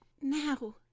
Now